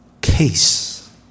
case